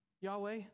Yahweh